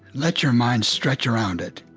let your mind stretch around it.